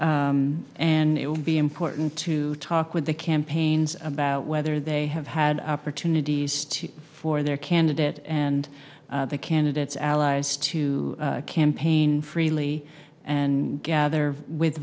view and it will be important to talk with the campaigns about whether they have had opportunities to for their candidate and the candidates allies to campaign freely and gather with